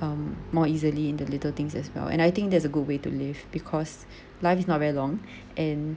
um more easily in the little things as well and I think that's a good way to live because life is not very long and